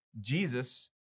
Jesus